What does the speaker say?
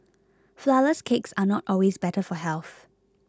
Flourless Cakes are not always better for health